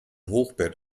hochbett